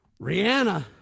Rihanna